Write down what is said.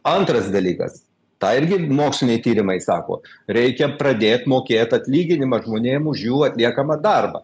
antras dalykas tą irgi moksliniai tyrimai sako reikia pradėt mokėt atlyginimą žmonėm už jų atliekamą darbą